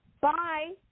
Bye